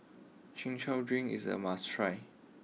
Chin Chow drink is a must try